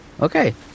Okay